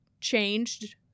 changed